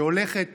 שהולכת